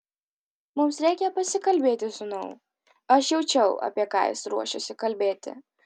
mums reikia pasikalbėti sūnau aš jaučiau apie ką jis ruošiasi kalbėti